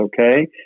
okay